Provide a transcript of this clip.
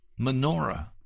menorah